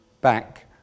back